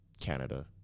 Canada